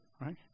right